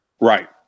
right